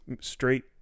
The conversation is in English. straight